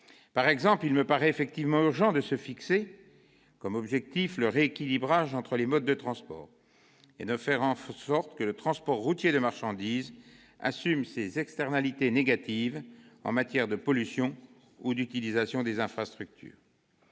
Par exemple, il me paraît effectivement urgent de fixer comme objectif le rééquilibrage entre les modes de transport, et de faire en sorte que le transport routier de marchandises assume ses externalités négatives en matière de pollution ou d'utilisation des infrastructures.